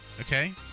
okay